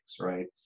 right